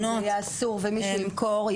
אם מישהו ימכור,